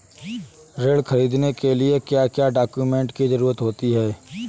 ऋण ख़रीदने के लिए क्या क्या डॉक्यूमेंट की ज़रुरत होती है?